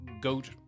goat